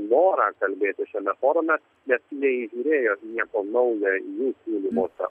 norą kalbėti šiame forume nes neįžiūrėjo nieko naujo jų siūlymuose